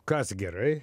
kas gerai